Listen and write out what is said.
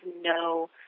no